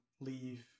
leave